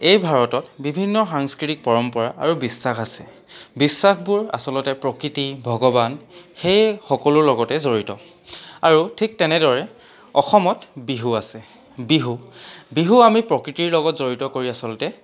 এই ভাৰতত বিভিন্ন সাংস্কৃতিক পৰম্পৰা আৰু বিশ্বাস আছে বিশ্বাসবোৰ আচলতে প্ৰকৃতি ভগৱান সেই সকলোৰ লগতে জড়িত আৰু ঠিক তেনেদৰে অসমত বিহু আছে বিহু বিহু আমি প্ৰকৃতিৰ লগত জড়িত কৰি আচলতে